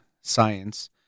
science